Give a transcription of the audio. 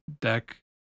deck